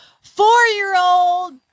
four-year-old